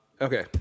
Okay